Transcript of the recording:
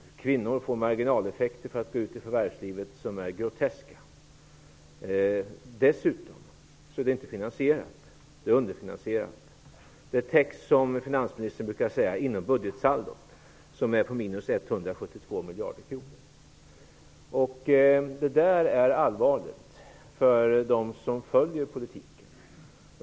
När kvinnor går ut i förvärvslivet blir det marginaleffekter som är groteska. Dessutom är det inte finansierat. Det är underfinansierat. Det täcks, som finansministern brukar säga, inom budgetsaldot, som är på minus Detta är allvarligt för dem som följer politiken.